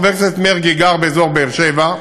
חבר הכנסת מרגי גר באזור באר-שבע,